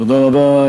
תודה רבה.